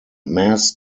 mass